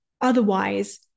Otherwise